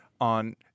on